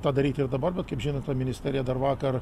tą daryti ir dabar bet kaip žinote ministerija dar vakar